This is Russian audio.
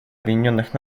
объединенных